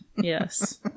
yes